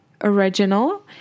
original